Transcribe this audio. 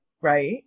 Right